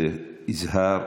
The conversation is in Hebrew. זה יזהר,